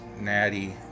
Natty